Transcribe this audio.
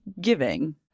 giving